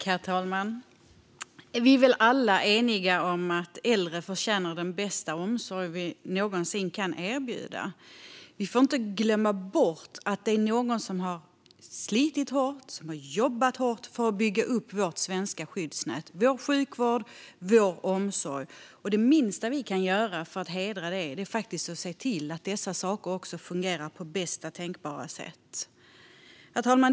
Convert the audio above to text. Herr talman! Vi är nog alla eniga om att äldre förtjänar den bästa omsorg som någonsin kan erbjudas. Vi får inte glömma bort att någon har slitit och jobbat hårt för att bygga upp vårt svenska skyddsnät, vår sjukvård och vår omsorg. Det minsta vi kan göra för att hedra detta är att se till att dessa saker också fungerar på bästa tänkbara sätt. Herr talman!